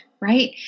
right